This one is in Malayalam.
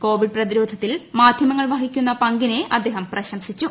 കോവിഡ് പ്രതിരോധത്തിൽ മാധ്യമങ്ങൾ വഹിക്കുന്ന പങ്കിനെ അദ്ദേഹം പ്രശംസിച്ചു